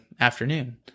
afternoon